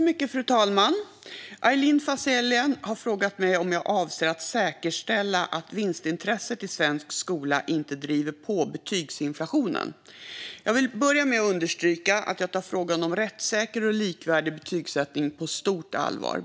Fru talman! Aylin Fazelian har frågat mig hur jag avser att säkerställa att vinstintresset i svensk skola inte driver på betygsinflationen. Jag vill börja med att understryka att jag tar frågan om rättssäker och likvärdig betygsättning på stort allvar.